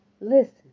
listen